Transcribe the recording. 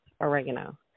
oregano